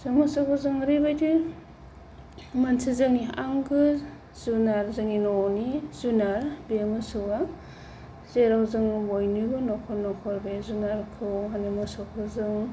जों मोसौखौ जों ओरैबायदि मोनसे जोंनि आंगो जुनार जोंनि न'नि जुनार बे मोसौआ जेराव जोङो बयनिबो न'खर न'खर बे जुनारखौ माने मोसौखौ जों